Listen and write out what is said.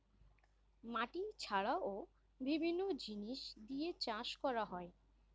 মাটি ছাড়াও বিভিন্ন জিনিস দিয়ে চাষ করা হয়